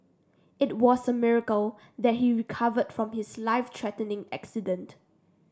it was a miracle that he recovered from his life threatening accident